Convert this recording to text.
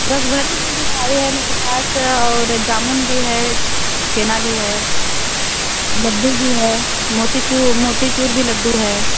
रस भरी हुई मिठाई है मेरे पास और जामुन भी है छेना भी है लड्डू भी है मोती चु मोती चूर भी लड्डू है